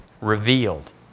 revealed